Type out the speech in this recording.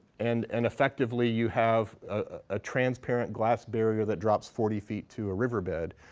and and effectively you have a transparent glass barrier that drops forty feet to a riverbed.